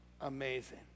amazing